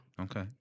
Okay